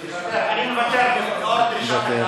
אני מוותר, בעקבות דרישת הקהל.